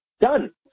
done